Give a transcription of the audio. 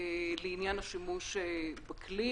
לעניין השימוש בכלי.